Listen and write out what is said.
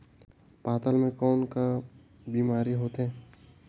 पातल म कौन का बीमारी होथे?